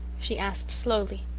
she asked slowly.